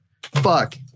fuck